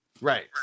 Right